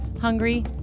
hungry